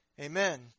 Amen